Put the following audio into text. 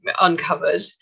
uncovered